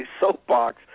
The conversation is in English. soapbox